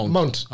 Mount